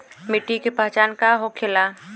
मिट्टी के पहचान का होखे ला?